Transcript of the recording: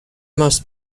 most